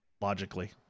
logically